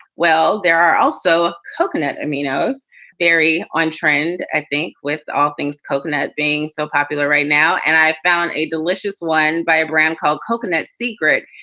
well, there are also coconut camino's very on trend, i think, with all things coconut being so popular right now. and i found a delicious one by a brand called coconut secret.